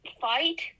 fight